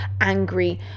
angry